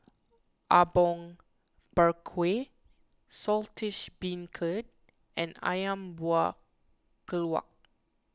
Apom Berkuah Saltish Beancurd and Ayam Buah Keluak